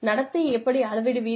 நடத்தையை எப்படி அளவிடுவீர்கள்